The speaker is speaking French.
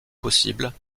possibles